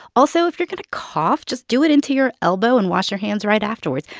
also, if you're going to cough, just do it into your elbow and wash your hands right afterwards.